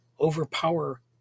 overpower